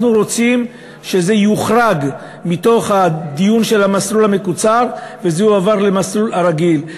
אנחנו רוצים שזה יוחרג מהדיון של המסלול המקוצר ויועבר למסלול הרגיל.